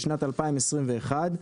בשנת 2021,